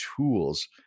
tools